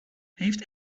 heeft